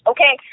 Okay